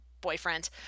boyfriend